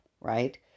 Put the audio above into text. right